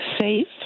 safe